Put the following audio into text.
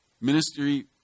Ministry